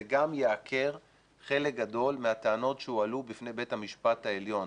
זה גם יעקר חלק גדול מהטענות שהועלו בפני בית המשפט העליון,